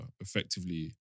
effectively